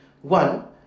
one